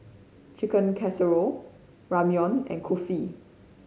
Chicken Casserole Ramyeon and Kulfi